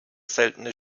seltene